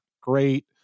great